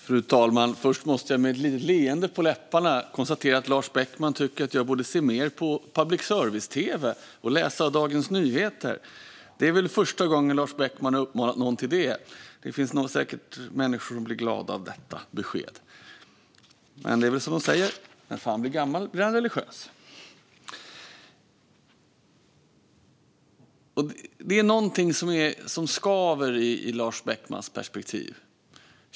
Fru talman! Först måste jag med ett litet leende på läpparna konstatera att Lars Beckman tycker att jag borde se mer på public service-tv och läsa Dagens Nyheter. Det är väl första gången Lars Beckman har uppmanat någon till det. Det finns säkert människor som blir glada av detta besked. Men det är väl som man säger: När fan blir gammal blir han religiös. Det är någonting som skaver i Lars Beckmans perspektiv.